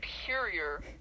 superior